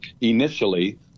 initially